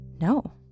no